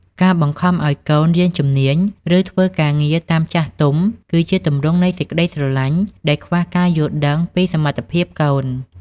ការបង្ខំឱ្យកូនរៀនជំនាញ ឬធ្វើការងារតាមចិត្តចាស់ទុំ គឺជាទម្រង់នៃសេចក្តីស្រឡាញ់ដែលខ្វះការយល់ដឹងពីសមត្ថភាពកូន។